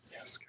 Yes